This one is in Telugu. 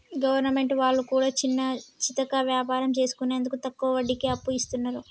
గవర్నమెంట్ వాళ్లు కూడా చిన్నాచితక వ్యాపారం చేసుకునేందుకు తక్కువ వడ్డీకి అప్పు ఇస్తున్నరు